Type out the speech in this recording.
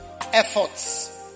efforts